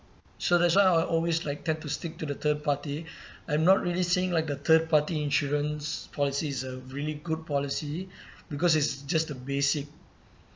so that's why I always like tend to stick to the third party I'm not really saying like the third party insurance policies are really good policy because it's just a basic